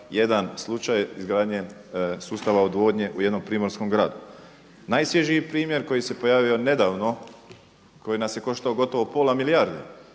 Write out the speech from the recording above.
za 1 slučaj izgradnje sustava odvodnje u jednom primorskom gradu. Najsvježiji primjer koji se pojavio nedavno koji nas je koštao gotovo pola milijardi